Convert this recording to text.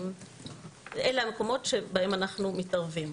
אלה המקומות שבהם אנחנו מתערבים.